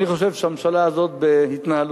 אני חושב שהממשלה הזאת בהתנהלותה,